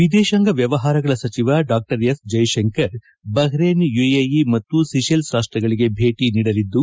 ವಿದೇಶಾಂಗ ವ್ವವಹಾರಗಳ ಸಚಿವ ಡಾ ಎಸ್ ಜೈಶಂಕರ್ ಬಕ್ರೇನ್ ಯುಎಇ ಮತ್ತು ಸೀಷಲ್ಸ್ ರಾಷ್ಷಗಳಿಗೆ ಭೇಟಿ ನೀಡಲಿದ್ದು